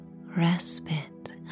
respite